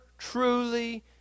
truly